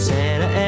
Santa